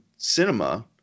cinema